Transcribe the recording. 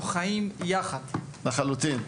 לחלוטין.